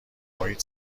محیط